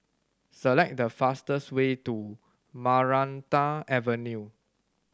select the fastest way to Maranta Avenue